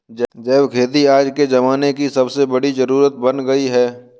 जैविक खेती आज के ज़माने की सबसे बड़ी जरुरत बन गयी है